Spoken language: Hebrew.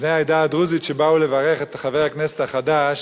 בני העדה הדרוזית, שבאו לברך את חבר הכנסת החדש,